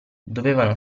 dovevano